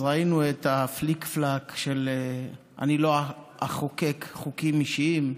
אז ראינו את הפליק-פלאק: אני לא אחוקק חוקים אישיים,